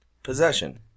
Possession